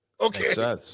Okay